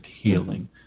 healing